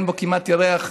אין בו כמעט ירח,